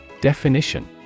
Definition